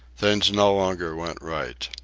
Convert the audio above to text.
things no longer went right.